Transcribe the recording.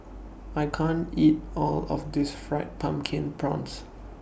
I can't eat All of This Fried Pumpkin Prawns